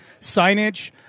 signage